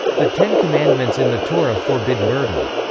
the ten commandments in the torah forbid murder.